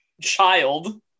child